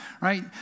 right